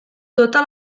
tota